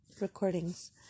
recordings